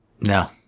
No